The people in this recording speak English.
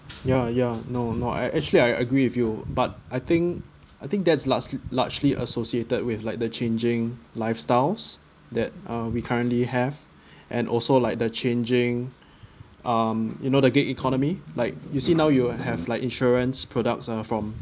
ya ya no no I actually I agree with you but I think I think that's large~ largely associated with like the changing lifestyles that uh we currently have and also like the changing um you know the gig economy like you see now you have like insurance products are from